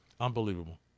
Unbelievable